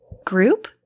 group